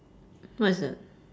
what is that